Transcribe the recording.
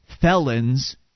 felons